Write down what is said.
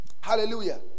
Hallelujah